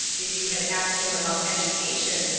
if you had asked him about education,